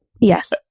Yes